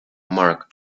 mark